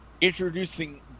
introducing